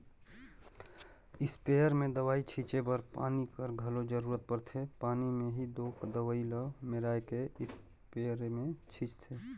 sprayer में दवई छींचे बर पानी कर घलो जरूरत परथे पानी में ही दो दवई ल मेराए के इस्परे मे छींचथें